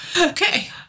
Okay